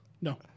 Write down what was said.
No